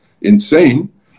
insane